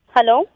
Hello